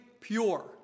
pure